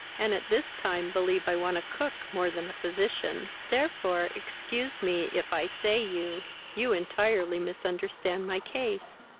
and at this time believe i want a cook more than a physician, therefore excuse me if i say you you entirely misunderstand my case.